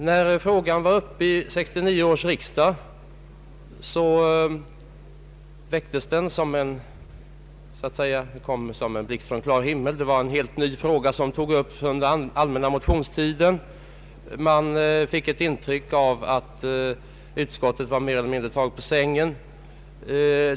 Vid 1969 års riksdag kom frågan så att säga som en blixt från klar himmel. Det var en helt ny fråga som togs upp under den allmänna motionstiden. Man fick ett intryck av att utskottet var mer eller mindre taget på sängen.